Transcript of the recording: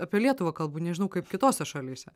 apie lietuvą kalbu nežinau kaip kitose šalyse